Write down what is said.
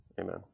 Amen